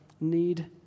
need